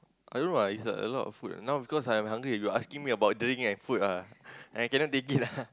I don't know lah it's a lot of food ah now because I'm hungry you asking me about drink and food ah I cannot take it lah